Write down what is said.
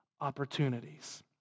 opportunities